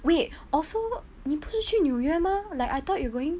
wait also 你不是去纽约 mah like I thought you going